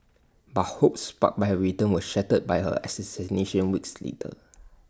but hopes sparked by her return were shattered by her assassination weeks later